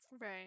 right